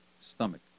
stomach